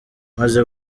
maze